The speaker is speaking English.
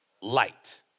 light